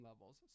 levels